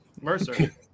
Mercer